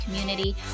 community